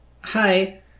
Hi